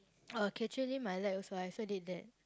oh Katherine my light also I also did that